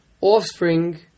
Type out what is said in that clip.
offspring